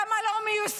למה היא לא מיושמת?